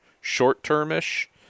short-term-ish